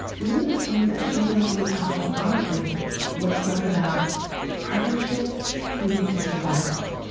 really, the story that she wanted me to hold onto was one about partnership leading to survival.